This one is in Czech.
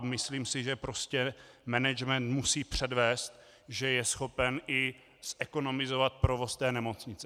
Myslím, že prostě management musí předvést, že je schopen zekonomizovat provoz nemocnice.